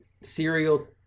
serial